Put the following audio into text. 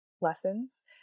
lessons